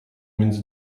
między